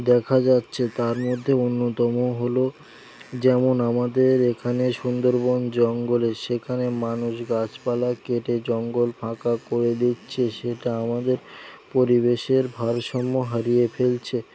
দেখা যাচ্ছে তার মধ্যে অন্যতম হলো যেমন আমাদের এখানে সুন্দরবন জঙ্গলে সেখানে মানুষ গাছপালা কেটে জঙ্গল ফাঁকা করে দিচ্ছে সেটা আমাদের পরিবেশের ভারসাম্য হারিয়ে ফেলছে